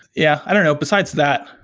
yeah, i don't know. besides that,